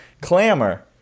clamor